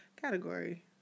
category